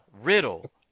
Riddle